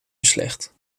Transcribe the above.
beslecht